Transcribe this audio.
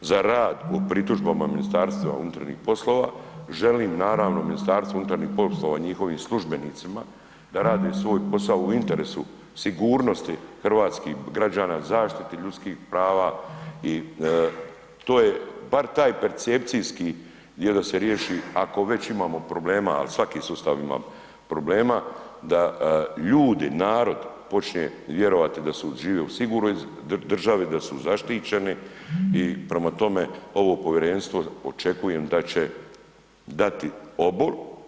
za rad po pritužbama MUP-a, želim naravno MUP-u njihovim službenicima da rade svoj posao u interesu sigurnosti hrvatskih građana, zaštiti ljudskih prava i to je bar taj percepcijski dio da se riješi ako već imamo problema, a svaki sustav ima problema da ljudi, narod počne vjerovati da žive u sigurnoj državi, da su zaštićeni i prema tome ovo povjerenstvo očekujem da će dati obol.